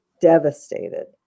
devastated